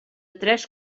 tres